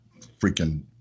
freaking